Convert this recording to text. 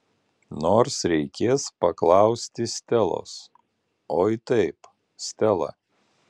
nors reikės paklausti stelos oi taip stela